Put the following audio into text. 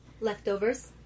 Leftovers